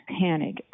panic